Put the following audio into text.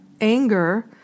anger